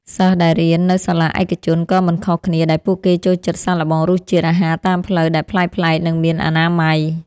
សិស្សដែលរៀននៅសាលាឯកជនក៏មិនខុសគ្នាដែរពួកគេចូលចិត្តសាកល្បងរសជាតិអាហារតាមផ្លូវដែលប្លែកៗនិងមានអនាម័យ។